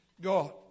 God